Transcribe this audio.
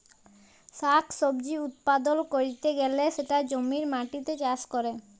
শাক সবজি উৎপাদল ক্যরতে গ্যালে সেটা জমির মাটিতে চাষ ক্যরে